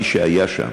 מי שהיה שם,